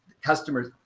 customers